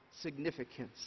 significance